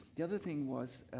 the other thing was,